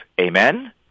Amen